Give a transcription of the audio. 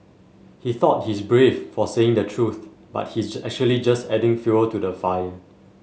he thought he's brave for saying the truth but he's actually just adding fuel to the fire